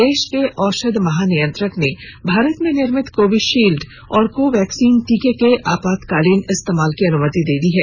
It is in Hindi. देश के औषध महानियंत्रक ने भारत में निर्मित कोविशील्ड और कोवैक्सीन टीके के आपातकालीन इस्तेमाल की अनुमति दे दी है